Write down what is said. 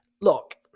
look